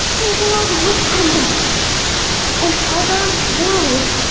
the world would crumble that's good and other worlds,